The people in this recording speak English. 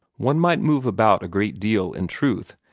one might move about a great deal, in truth,